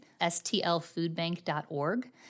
stlfoodbank.org